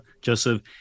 Joseph